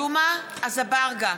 אזברגה,